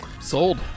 Sold